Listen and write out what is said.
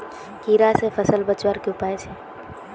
कीड़ा से फसल बचवार की उपाय छे?